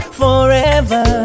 forever